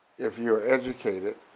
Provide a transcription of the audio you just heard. if you're educated,